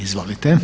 Izvolite.